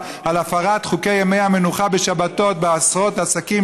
על הפרת חוקי ימי המנוחה בשבתות בעשרות עסקים,